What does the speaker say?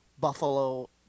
Buffalo